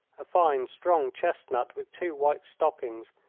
a fine, strong chestnut with two white stockings,